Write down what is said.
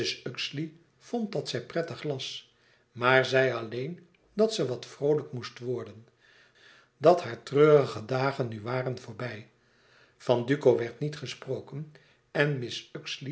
vond dat zij prettig las maar zei alleen dat ze wat vroolijk moest worden dat haar treurige dagen nu waren voorbij van duco werd niet gesproken en mrs